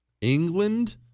England